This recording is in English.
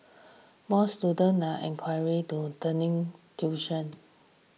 more inquire to turning tuition